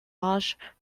pages